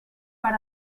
per